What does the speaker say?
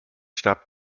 starb